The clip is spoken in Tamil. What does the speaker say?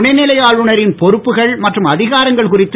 துணை நிலை ஆளுநரின் பொறுப்புகள் மற்றும் அதிகாரங்கள் குறித்து